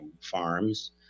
farms